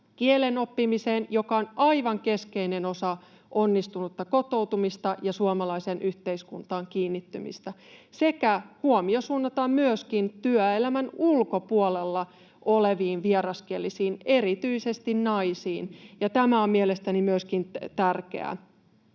kielen oppimiseen, joka on aivan keskeinen osa onnistunutta kotoutumista ja suomalaiseen yhteiskuntaan kiinnittymistä, että myöskin työelämän ulkopuolella oleviin vieraskielisiin, erityisesti naisiin, ja tämä on mielestäni myöskin tärkeää.